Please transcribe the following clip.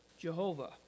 Jehovah